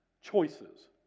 choices